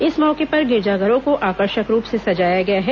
इस मौके पर गिरजाघरों को आकर्षक रूप से सजाया गया है